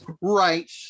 Right